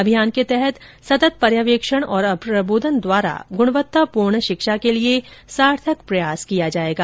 अभियान के तहत सतत पर्यवेक्षण और प्रबोधन द्वारा गुणवत्तापूर्णशिक्षा के लिए सार्थक प्रयास किया जाएगा